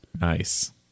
Nice